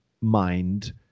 mind